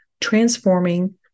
Transforming